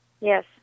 Yes